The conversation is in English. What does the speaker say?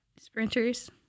Sprinters